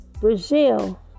Brazil